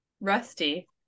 rusty